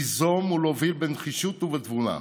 ליזום ולהוביל בנחישות ובתבונה.